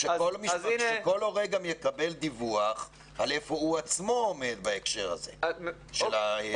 ושכל הורה יקבל גם דיווח על איפה הוא עצמו עומד בהקשר הזה של התשלומים.